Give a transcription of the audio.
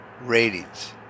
Ratings